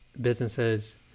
businesses